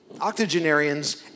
octogenarians